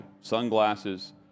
sunglasses